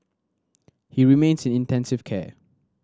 he remains in intensive care